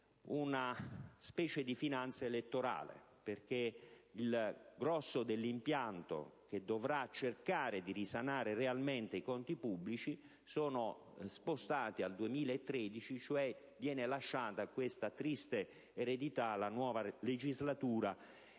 una specie di finanza elettorale. Infatti, il grosso dell'impianto che dovrà cercare di risanare realmente i conti pubblici è spostato al 2013, cioè viene lasciata questa triste eredità alla nuova legislatura,